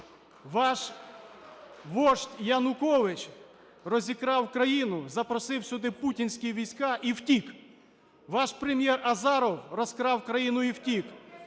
Ваш вождь Янукович розікрав країну, запросив сюди путінські війська і втік. Ваш Прем'єр Азаров розкрав країну і втік.